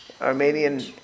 Armenian